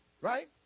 right